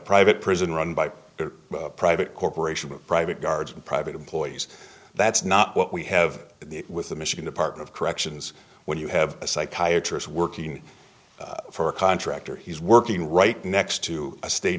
private prison run by a private corporation with private guards and private employees that's not what we have the with the michigan department of corrections when you have a psychiatrist working for a contractor he's working right next to a state